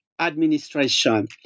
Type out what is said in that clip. administration